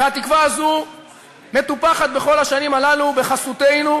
והתקווה הזאת מטופחת בכל השנים הללו בחסותנו,